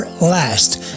Last